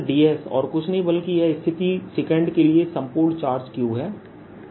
ds और कुछ नहीं बल्कि यह स्थिति 2 के लिए संपूर्ण चार्ज q है